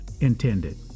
intended